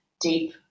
deep